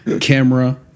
camera